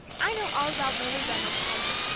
i know all about lilly reynolds, peggy.